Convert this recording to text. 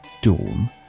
Dawn